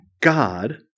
God